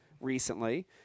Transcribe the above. recently